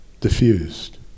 diffused